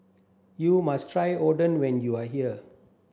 you must try Oden when you are here